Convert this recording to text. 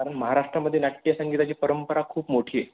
कारण महाराष्ट्रामध्ये नाट्यसंगीताची परंपरा खूप मोठी आहे